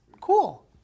Cool